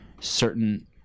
certain